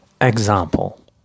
Example